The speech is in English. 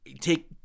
take